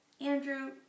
Andrew